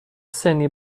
سنی